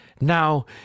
now